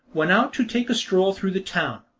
went out to take a stroll through the town.